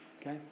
Okay